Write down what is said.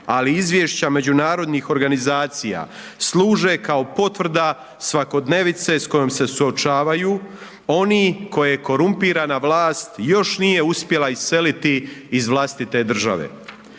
ali izvješća međunarodnih organizacija služe kao potvrda svakodnevice s kojom se suočavaju, one koje korumpirana vlast još nije uspjela iseliti iz vlastite države.